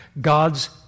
God's